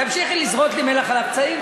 תמשיכי לזרות לי מלח על הפצעים,